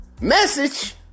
message